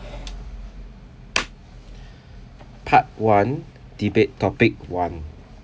part one debate topic one